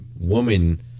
woman